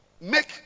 Make